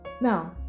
now